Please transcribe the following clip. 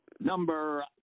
Number